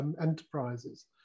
enterprises